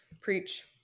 Preach